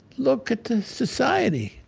look at the society.